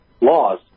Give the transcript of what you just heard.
laws